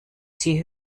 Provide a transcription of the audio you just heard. sie